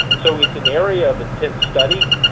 so, it's an area of intense study.